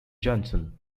johnson